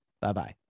Bye-bye